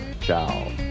Ciao